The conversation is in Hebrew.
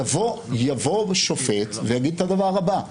יבוא ושופט ויגיד את הדבר הבא: